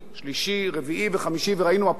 וראינו מפת תקשורת עשירה לפני עינינו.